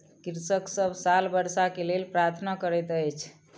कृषक सभ साल वर्षा के लेल प्रार्थना करैत अछि